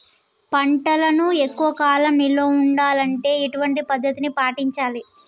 పంటలను ఎక్కువ కాలం నిల్వ ఉండాలంటే ఎటువంటి పద్ధతిని పాటించాలే?